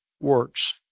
works